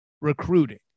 recruiting